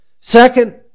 Second